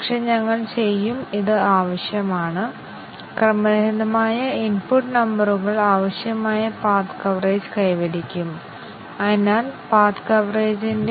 പിന്നെ ഞങ്ങൾ condition decision കവറേജും പരിശോധിച്ചു